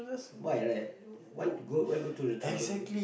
why like why go why go to the trouble